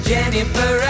Jennifer